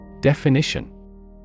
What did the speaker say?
Definition